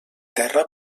terra